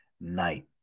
night